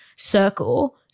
circle